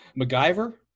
macgyver